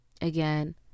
again